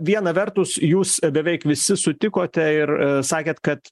viena vertus jūs beveik visi sutikote ir sakėt kad